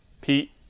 Pete